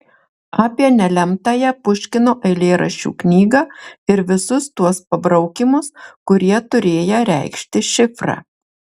apie nelemtąją puškino eilėraščių knygą ir visus tuos pabraukymus kurie turėję reikšti šifrą